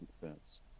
defense